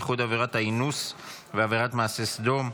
איחוד עבירת האינוס ועבירת מעשה סדום),